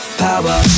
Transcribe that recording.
power